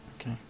Okay